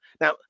Now